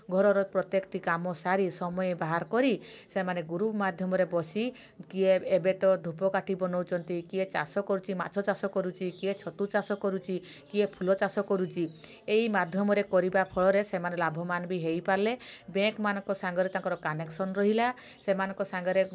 ଘରର ପ୍ରତ୍ୟେକଟି କାମ ସାରି ସମୟ ବାହାର କରି ସେମାନେ ମାଧ୍ୟମରେ ବସି କିଏ ଏବେ ତ ଧୂପ କାଠି ବନାଉଛନ୍ତି କିଏ ଚାଷ କରୁଛି ମାଛ ଚାଷ କରୁଛି କିଏ ଛତୁ ଚାଷ କରୁଛି କିଏ ଫୁଲ ଚାଷ କରୁଛି ଏଇ ମାଧ୍ୟମରେ କରିବା ଫଳରେ ସେମାନେ ଲାଭବାନ ବି ହେଇପାରିଲେ ବ୍ୟାଙ୍କମାନଙ୍କ ସାଙ୍ଗରେ ତାଙ୍କର କନେକ୍ସନ୍ ରହିଲା ସେମାନଙ୍କ ସାଙ୍ଗରେ